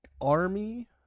Army